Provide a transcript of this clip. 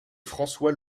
françois